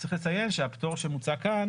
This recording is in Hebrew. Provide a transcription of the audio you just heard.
צריך לציין שהפטור שהמוצע כאן